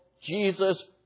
Jesus